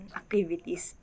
activities